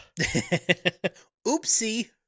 Oopsie